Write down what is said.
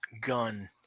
gun